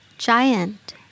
Giant